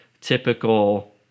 typical